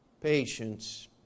Patience